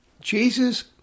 Jesus